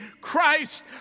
Christ